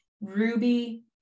Ruby